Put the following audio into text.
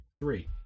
three